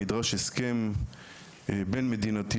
נדרש הסכם בין מדינתי